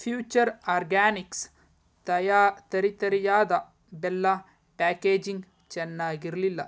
future organics ತಯಾ ತರಿತರಿಯಾದ ಬೆಲ್ಲ ಪ್ಯಾಕೇಜಿಂಗ್ ಚೆನ್ನಾಗಿರ್ಲಿಲ್ಲ